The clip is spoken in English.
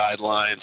guidelines